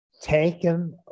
taken